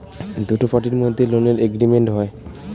দুটো পার্টির মধ্যে লোনের এগ্রিমেন্ট হয়